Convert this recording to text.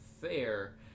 fair